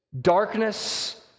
Darkness